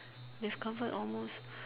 he has covered almost